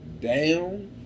down